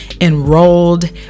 enrolled